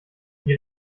die